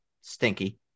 Stinky